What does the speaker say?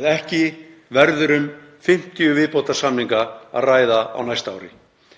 að ekki verður um 50 viðbótarsamninga að ræða á næsta ári.